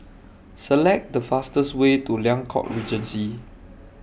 Select The fastest Way to Liang Court Regency